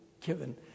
given